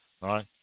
right